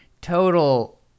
total